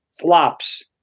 flops